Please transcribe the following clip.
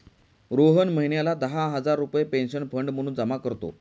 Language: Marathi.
रोहन महिन्याला दहा हजार रुपये पेन्शन फंड म्हणून जमा करतो